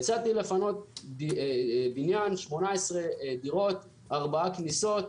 יצאתי לפנות בניין, 18 דירות, ארבע כניסות,